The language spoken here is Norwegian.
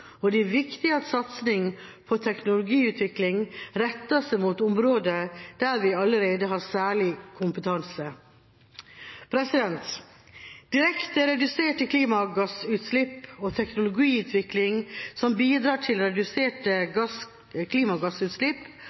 og det er viktig at satsing på teknologiutvikling retter seg mot områder der vi allerede har særlig kompetanse. Direkte reduserte klimagassutslipp og teknologiutvikling som bidrar til reduserte klimagassutslipp,